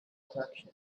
question